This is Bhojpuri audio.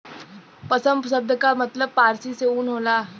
पसम सब्द का मतलब फारसी में ऊन होला